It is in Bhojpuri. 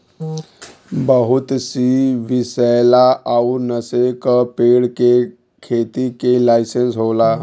बहुत सी विसैला अउर नसे का पेड़ के खेती के लाइसेंस होला